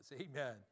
amen